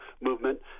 movement